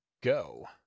go